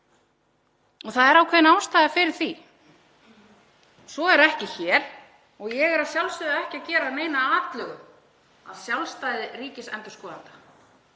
Það er ákveðin ástæða fyrir því. Svo er ekki hér. Ég er að sjálfsögðu ekki að gera neina atlögu að sjálfstæði ríkisendurskoðanda,